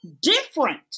different